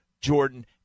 Jordan